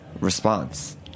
response